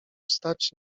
stać